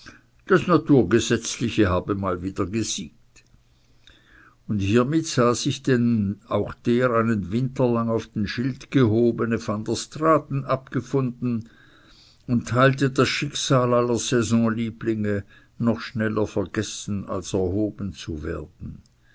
das naturgesetzliche habe wieder mal gesiegt und hiermit sah sich denn auch der einen winter lang auf den schild gehobene van der straaten abgefunden und teilte das schicksal aller saisonlieblinge noch schneller vergessen als erhoben zu werden